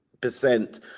percent